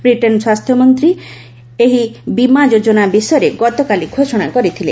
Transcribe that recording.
Britain ସ୍ୱାସ୍ଥ୍ୟମନ୍ତ୍ରୀ Matt Hancock ଏହି ବୀମା ଯୋଜନା ବିଷୟରେ ଗତକାଲି ଘୋଷଣା କରିଥିଲେ